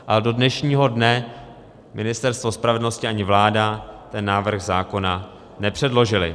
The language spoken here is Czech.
A do dnešního dne Ministerstvo spravedlnosti ani vláda návrh zákona nepředložily.